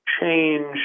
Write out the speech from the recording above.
change